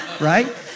Right